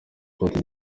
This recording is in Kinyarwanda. cote